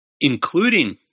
including